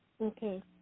Okay